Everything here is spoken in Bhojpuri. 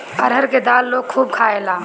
अरहर के दाल लोग खूब खायेला